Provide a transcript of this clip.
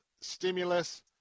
stimulus